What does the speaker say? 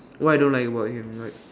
what I don't like about him like